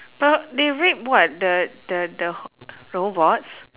but they rape what the the the robots